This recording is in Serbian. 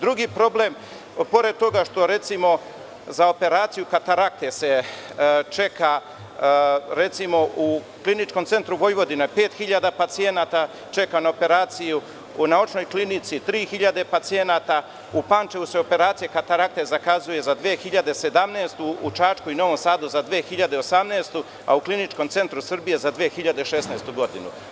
Drugi problem, pored toga što recimo, za operaciju katarakte se čeka, recimo, u Kliničkom centru Vojvodine pet hiljada pacijenata čeka na operaciju, na očnoj klinici tri hiljade pacijenata, u Pančevu se operaciju katarakte zakazuje za 2017. godinu, u Čačku i u Novom Sadu za 2018, a u Kliničkom centru Srbije za 2016. godinu.